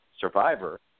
survivor